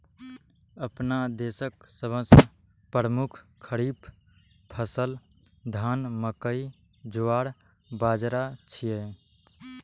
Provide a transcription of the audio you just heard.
अपना देशक सबसं प्रमुख खरीफ फसल धान, मकई, ज्वार, बाजारा छियै